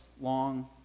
long